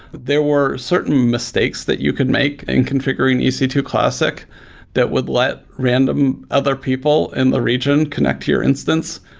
there were certain mistakes that you can make in configuring e c two classic that would let random other people in the region connect to your instance,